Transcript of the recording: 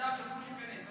שילדיה יוכלו להיכנס.